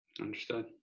Understood